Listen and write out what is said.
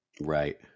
Right